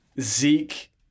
Zeke